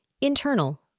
internal